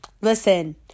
Listen